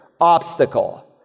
obstacle